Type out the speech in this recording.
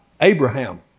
abraham